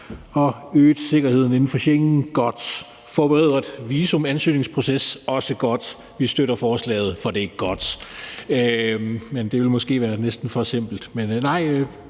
øget sikkerhed inden for Schengen er godt, og en forbedret visumansøgningsproces er også godt; vi støtter forslaget, for det er godt. Men det ville måske næsten være for simpelt